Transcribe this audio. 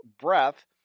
breath